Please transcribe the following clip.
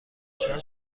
شاید